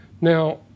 Now